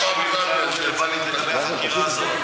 את יודעת יפה מאוד שההצעה שלי בכלל לא רלוונטית לגבי החקירה הזאת,